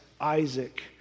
Isaac